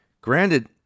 Granted